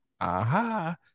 aha